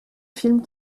film